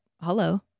hello